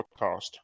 podcast